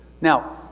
Now